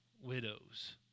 widows